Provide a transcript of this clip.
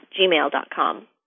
gmail.com